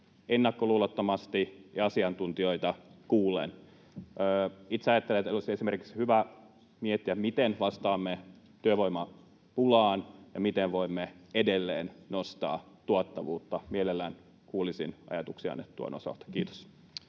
ennakkoluulottomasti ja asiantuntijoita kuullen? Itse ajattelen, että olisi esimerkiksi hyvä miettiä, miten vastaamme työvoimapulaan ja miten voimme edelleen nostaa tuottavuutta. Mielellään kuulisin ajatuksianne tuon osalta. — Kiitos.